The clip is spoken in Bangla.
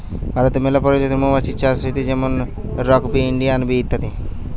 ভারতে মেলা প্রজাতির মৌমাছি চাষ হয়টে যেমন রক বি, ইন্ডিয়ান বি ইত্যাদি